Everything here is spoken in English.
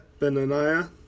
Benaniah